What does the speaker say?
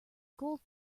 gold